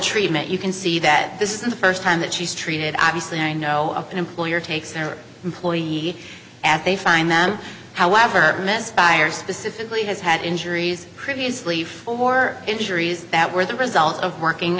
treatment you can see that this isn't the first time that she's treated obviously i know of an employer takes their employees at they find them however misfires specifically has had injuries previously for injuries that were the result of working